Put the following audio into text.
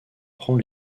prend